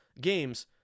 games